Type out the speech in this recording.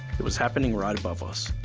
it was happening right above us,